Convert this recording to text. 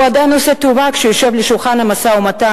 הוא עדיין עושה טובה כשהוא יושב לשולחן המשא-ומתן,